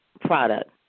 product